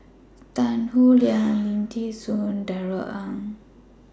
Tan Howe Liang Lim Thean Soo and Darrell Ang